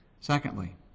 Secondly